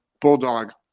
bulldog